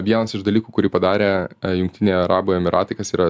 vienas iš dalykų kurį padarė jungtiniai arabų emyratai kas yra